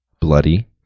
bloody